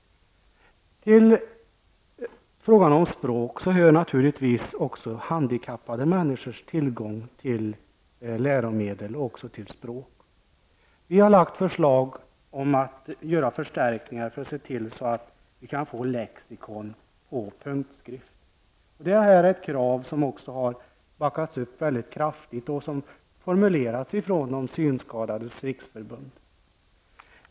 Till frågan om språk hör naturligtvis också handikappade människors tillgång till läromedel och också till språk. Vi har föreslagit förstärkningar för att se till att få fram lexikon på punktskrift. Det är ett krav som har backats upp väldigt kraftigt och formulerats från de Synskadades riksförbund.